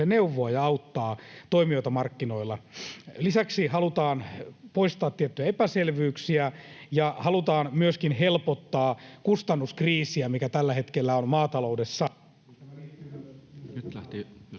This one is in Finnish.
neuvoa ja auttaa toimijoita markkinoilla. Lisäksi halutaan poistaa tiettyjä epäselvyyksiä ja halutaan myöskin helpottaa kustannuskriisiä, mikä tällä hetkellä on maataloudessa...